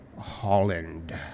Holland